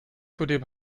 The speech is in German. zudem